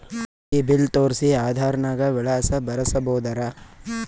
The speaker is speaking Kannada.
ಈ ಬಿಲ್ ತೋಸ್ರಿ ಆಧಾರ ನಾಗ ವಿಳಾಸ ಬರಸಬೋದರ?